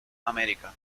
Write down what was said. american